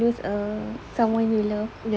to lose a someone you love